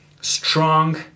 strong